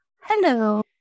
Hello